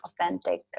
authentic